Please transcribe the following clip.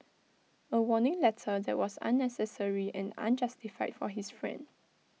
A warning letter that was unnecessary and unjustified for his friend